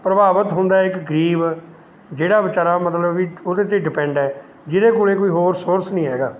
ਪ੍ਰਭਾਵਿਤ ਹੁੰਦਾ ਹੈ ਇੱਕ ਗਰੀਬ ਜਿਹੜਾ ਵਿਚਾਰਾ ਮਤਲਬ ਵੀ ਉਹਦੇ 'ਤੇ ਡਿਪੈਂਡ ਹੈ ਜਿਹਦੇ ਕੋਲ ਕੋਈ ਹੋਰ ਸੋਰਸ ਨਹੀਂ ਹੈਗਾ